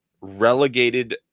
relegated